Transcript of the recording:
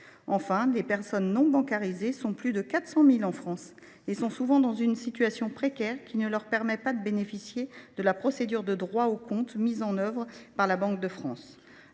de 400 000 personnes non bancarisées en France. Elles sont souvent dans une situation précaire qui ne leur permet pas de bénéficier de la procédure de droit au compte qui est ouverte par la Banque de France.